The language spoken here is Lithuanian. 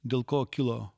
dėl ko kilo